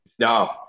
No